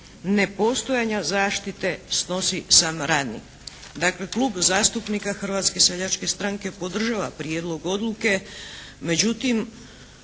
nepostojanja zaštite snosi sam radnik. Dakle Klub zastupnika Hrvatske seljačke stranke podržava prijedlog odluke. Međutim